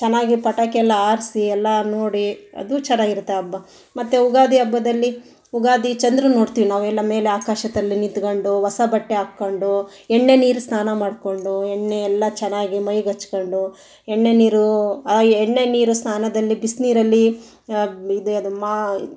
ಚೆನ್ನಾಗಿ ಪಟಾಕಿಯೆಲ್ಲ ಹಾರ್ಸಿ ಎಲ್ಲ ನೋಡಿ ಅದೂ ಚೆನ್ನಾಗಿರುತ್ತೆ ಹಬ್ಬ ಮತ್ತು ಯುಗಾದಿ ಹಬ್ಬದಲ್ಲಿ ಯುಗಾದಿ ಚಂದ್ರನ ನೋಡ್ತೀವಿ ನಾವು ಎಲ್ಲ ಮೇಲೆ ಆಕಾಶದಲ್ಲಿ ನಿತ್ಕಂಡು ಹೊಸ ಬಟ್ಟೆ ಹಾಕ್ಕಂಡು ಎಣ್ಣೆ ನೀರು ಸ್ನಾನ ಮಾಡಿಕೊಂಡು ಎಣ್ಣೆಯೆಲ್ಲ ಚೆನ್ನಾಗಿ ಮೈಗೆ ಹಚ್ಕಂಡು ಎಣ್ಣೆ ನೀರು ಆ ಎಣ್ಣೆ ನೀರು ಸ್ನಾನದಲ್ಲಿ ಬಿಸಿ ನೀರಲ್ಲಿ ಇದ್ಯಾವುದು ಮಾ